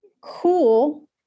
cool